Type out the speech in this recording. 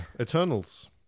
Eternals